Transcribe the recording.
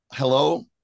Hello